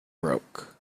broke